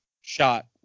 shot